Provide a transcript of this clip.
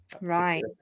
Right